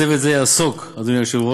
צוות זה יעסוק, אדוני היושב-ראש,